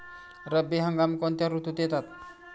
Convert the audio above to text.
रब्बी हंगाम कोणत्या ऋतूत येतात?